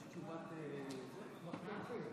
גברתי היושבת-ראש, חבריי חברי הכנסת,